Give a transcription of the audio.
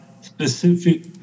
specific